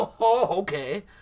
Okay